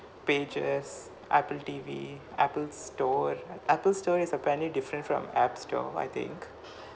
pages apple T_V apple store apple store is apparently different from app store I think